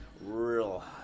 real